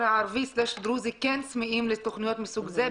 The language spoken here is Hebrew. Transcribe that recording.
הערבי סלאש דרוזי כן צמאים לתוכניות מסוג זה,